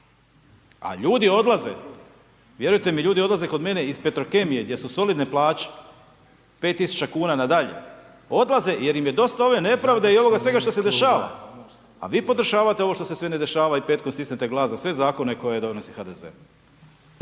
a ljudi odlaze, vjerujte mi, ljudi odlaze kod mene iz Petrokemije gdje su solidne plaće, 5.000,00 kn na dalje, odlaze jer im je dosta ove nepravde i ovoga svega što se dešava, a vi podržavate ovo što se sve ne dešava i …/Govornik se ne razumije/… i stisnete glas za sve Zakone koje donosi HDZ.